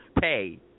pay